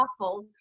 awful